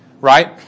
Right